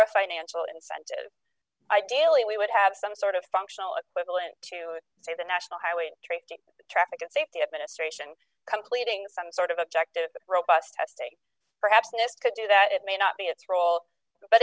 a financial incentive ideally we would have some sort of functional equivalent to say the national highway traffic traffic safety administration completing some sort of objective robust testing perhaps nist could do that it may not be its role but